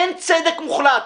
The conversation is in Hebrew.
אין צדק מוחלט.